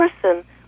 person